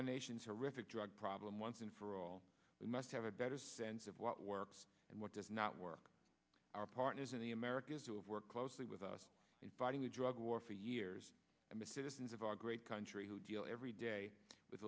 our nation's horrific drug problem once and for all we must have a better sense of what works and what does not work our partners in the americas who have worked closely with us in fighting the drug war for years and the citizens of our great country who deal every day with